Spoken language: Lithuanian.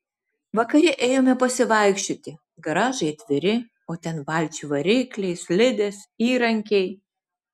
vakare ėjome pasivaikščioti garažai atviri o ten valčių varikliai slidės įrankiai